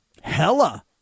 Hella